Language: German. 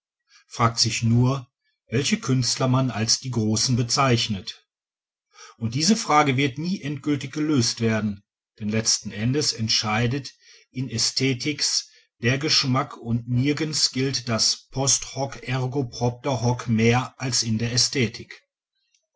fragt sich nur welche künstler man als die großen bezeichnet und diese frage wird nie endgültig gelöst werden denn letzten endes entscheidet in ästheticis der geschmack und nirgends gilt das post hoc ergo propter hoc mehr als in der ästhetik